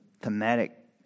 thematic